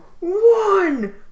one